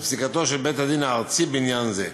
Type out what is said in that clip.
פסיקתו של בית-הדין הארצי בעניין זה,